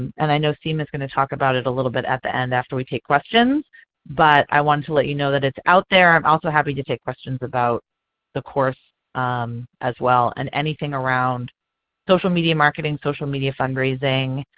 and i know sima is going to talk about it a little bit at the end after we take questions but i wanted to let you know it is out there. i'm also happy to take questions about the course as well and anything around social media marketing, social media fundraising,